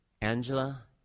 Angela